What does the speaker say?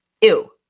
Ew